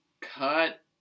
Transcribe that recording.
cut